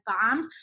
bombed